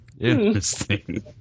Interesting